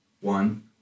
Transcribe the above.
one